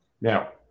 Now